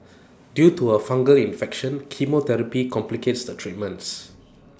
due to her fungal infection chemotherapy complicates the treatments